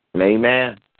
Amen